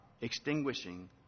extinguishing